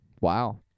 wow